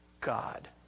God